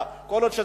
אז אין לי בעיה,